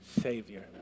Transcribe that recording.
Savior